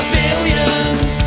billions